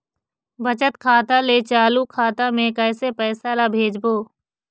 बचत खाता ले चालू खाता मे कैसे पैसा ला भेजबो?